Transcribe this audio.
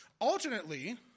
Alternately